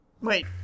Wait